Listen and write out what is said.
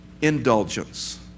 indulgence